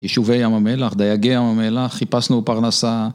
יישובי ים המלח, דייגי ים המלח, חיפשנו פרנסה.